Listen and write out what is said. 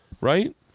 Right